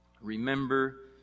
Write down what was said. remember